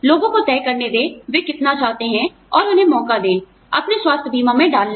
लोगों को तय करने दें वे कितना चाहते हैं और उन्हें मौका दें अपने स्वास्थ्य बीमा में डालने का